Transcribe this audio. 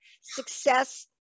success